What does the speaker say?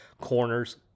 corners